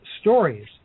stories